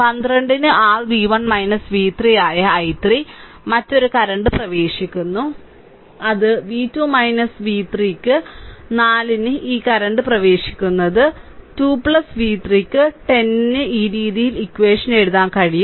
അതിനാൽ 12 ന് r v1 v3 ആയ i3 മറ്റൊരു കറന്റ് പ്രവേശിക്കുന്നു അത് v2 v3 ന് 4 ന് ഈ 2 കറന്റ് പ്രവേശിക്കുന്നത് 2 v3 ന് 10 ന് ഈ രീതിയിൽ ഇക്വഷൻ എഴുതാൻ കഴിയും